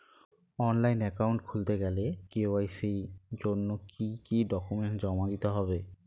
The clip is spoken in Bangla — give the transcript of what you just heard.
অনলাইন একাউন্ট খুলতে গেলে কে.ওয়াই.সি জন্য কি কি ডকুমেন্ট জমা দিতে হবে?